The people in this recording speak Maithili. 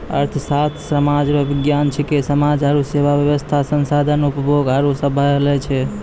अर्थशास्त्र सामाज रो विज्ञान छिकै समान आरु सेवा वेवस्था संसाधन उपभोग आरु सम्हालै छै